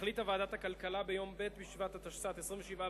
החליטה ועדת הכלכלה ביום כ"ט בתמוז התשס"ט,